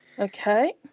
Okay